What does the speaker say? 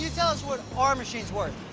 you tell us what our machine's worth?